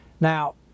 Now